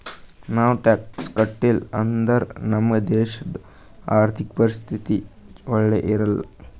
ನಾವ್ ಟ್ಯಾಕ್ಸ್ ಕಟ್ಟಿಲ್ ಅಂದುರ್ ನಮ್ ದೇಶದು ಆರ್ಥಿಕ ಪರಿಸ್ಥಿತಿ ಛಲೋ ಇರಲ್ಲ